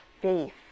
faith